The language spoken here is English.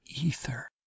ether